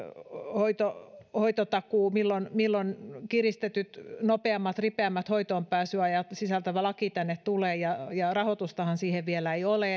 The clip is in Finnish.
hoitotakuu milloin milloin kiristetyt nopeammat ripeämmät hoitoonpääsyajat sisältävä laki tänne tulee rahoitustahan siihen vielä ei ole